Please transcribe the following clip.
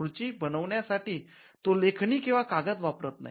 खुर्ची बनवण्यासाठी तो लेखणी किंवा कागद वापरत नाही